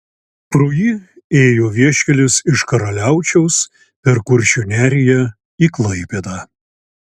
pro jį ėjo vieškelis iš karaliaučiaus per kuršių neriją į klaipėdą